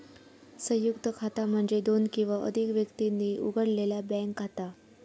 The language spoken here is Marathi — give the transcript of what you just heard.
संयुक्त खाता म्हणजे दोन किंवा अधिक व्यक्तींनी उघडलेला बँक खाता